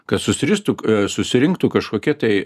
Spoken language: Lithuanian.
kad susirištų susirinktų kažkokie tai